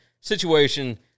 situation